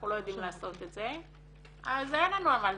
אנחנו לא יודעים לעשות את זה אז אין לנו על מה לדבר.